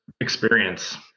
experience